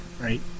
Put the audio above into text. Right